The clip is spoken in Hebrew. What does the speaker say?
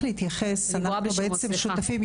אנחנו בעצם שותפים,